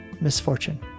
misfortune